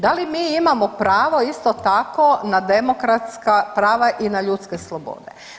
Da li mi imamo prava isto tako na demokratska prava i na ljudske slobode?